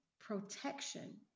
protection